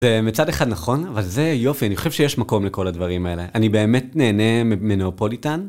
זה מצד אחד נכון, אבל זה יופי, אני חושב שיש מקום לכל הדברים האלה. אני באמת נהנה מנאופוליטן.